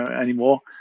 anymore